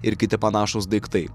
ir kiti panašūs daiktai